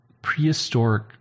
prehistoric